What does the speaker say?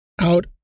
out